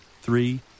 Three